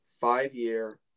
five-year